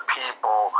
people